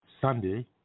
Sunday